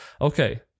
okay